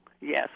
Yes